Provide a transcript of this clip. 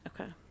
Okay